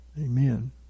Amen